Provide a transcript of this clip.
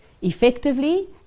effectively